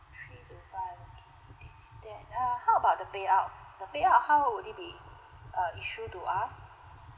three to five okay then uh how about the payout the payout how would it be uh issue to us